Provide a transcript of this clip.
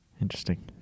Interesting